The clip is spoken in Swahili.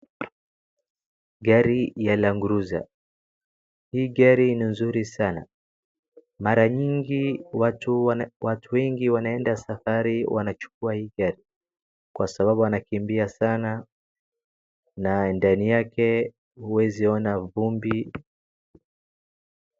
Gari ya LandCruiser , hii gari ni nzuri sana. Mara nyingi watu wengi wanaenda safari wanachukua hii gari kwa sababu anakimbia sana na ndani yake huwezi ona vumbi.